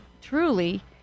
truly